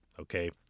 Okay